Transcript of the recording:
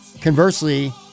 conversely